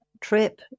trip